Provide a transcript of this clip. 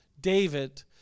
David